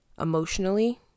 emotionally